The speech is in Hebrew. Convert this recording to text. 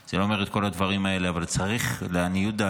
זה לא אומר את כל הדברים האלה, אבל לעניות דעתי,